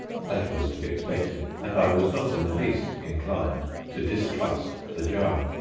that was to be expected, and i was not in the least inclined to distrust the jar.